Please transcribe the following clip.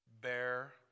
Bear